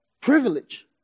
privilege